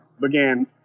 began